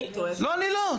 לא, אני לא.